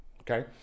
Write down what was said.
Okay